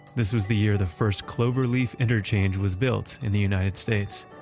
this was the year the first cloverleaf interchange was built in the united states,